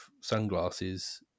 sunglasses